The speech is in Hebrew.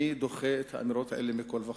אני דוחה את האמירות האלה מכול וכול.